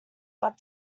but